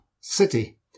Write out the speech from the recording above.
city